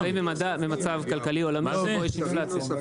אנחנו נמצאים במצב כלכלי עולמי שבו יש אינפלציה.